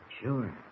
Sure